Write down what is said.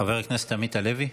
חבר הכנסת עמית הלוי.